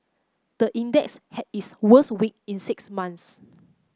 the index had its worst week in six months